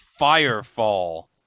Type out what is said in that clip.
Firefall